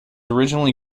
originally